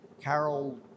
Carol